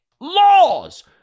Laws